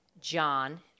John